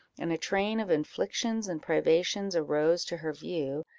and a train of inflictions and privations arose to her view,